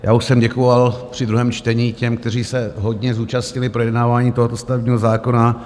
Já už jsem děkoval při druhém čtení těm, kteří se hodně zúčastnili projednávání tohoto stavebního zákona.